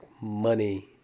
money